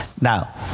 Now